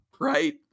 right